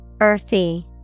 Earthy